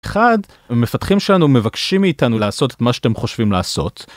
אחד מפתחים שלנו מבקשים מאיתנו לעשות את מה שאתם חושבים לעשות.